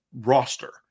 roster